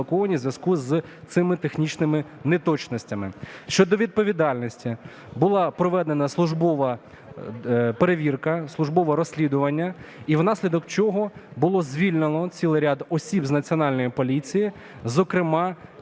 відповідальності. Була проведена службова перевірка, службове розслідування і внаслідок чого було звільнено цілий ряд осіб з Національної поліції, зокрема